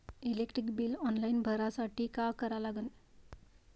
Electric bill online भरासाठी का करा लागन?